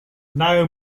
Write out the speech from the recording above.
now